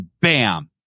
bam